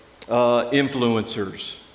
influencers